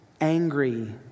angry